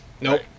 Nope